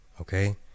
okay